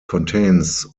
contains